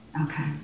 Okay